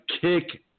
kick